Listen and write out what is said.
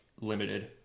limited